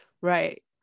Right